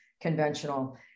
conventional